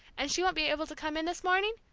and she won't be able to come in this morning?